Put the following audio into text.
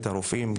הרופאים,